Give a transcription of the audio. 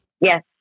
Yes